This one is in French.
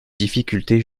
difficulté